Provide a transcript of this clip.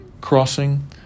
crossing